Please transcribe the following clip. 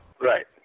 right